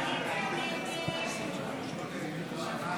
ההסתייגויות לסעיף 09